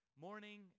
morning